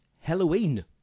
Halloween